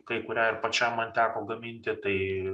kai kurią ir pačiam man teko gaminti tai